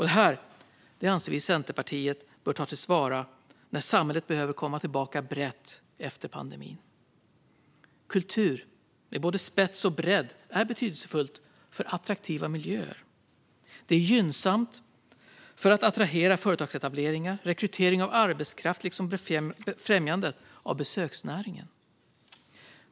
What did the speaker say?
Det här anser vi i Centerpartiet bör tas till vara när samhället behöver komma tillbaka brett efter pandemin. Kultur med både spets och bredd är betydelsefullt för attraktiva miljöer. Det är gynnsamt för att attrahera företagsetableringar och vid rekrytering av arbetskraft och främjande av besöksnäringen.